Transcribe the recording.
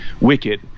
wicked